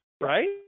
right